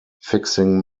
fixing